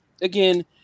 again